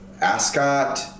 ascot